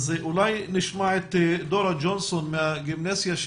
אולי נשמע את דורה ג'ונסון מהגימנסיה.